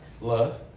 Love